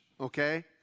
okay